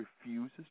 refuses